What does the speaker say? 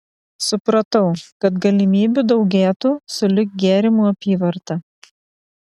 supratau kad galimybių daugėtų sulig gėrimų apyvarta